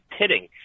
pitting